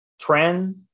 Trend